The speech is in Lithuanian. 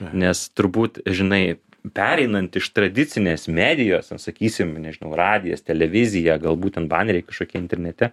nes turbūt žinai pereinant iš tradicinės medijos ten sakysim nežinau radijas televizija gal būtent baneriai kažkokie internete